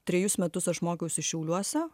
trejus metus aš mokiausi šiauliuose